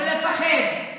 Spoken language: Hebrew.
ולפחד?